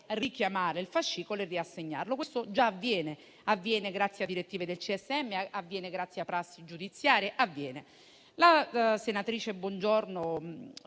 richiamare il fascicolo e riassegnarlo. Questo già avviene, grazie a direttive del CSM e a prassi giudiziarie; avviene. La senatrice Bongiorno